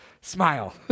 Smile